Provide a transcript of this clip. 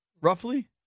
roughly